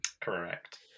Correct